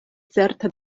certa